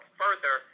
further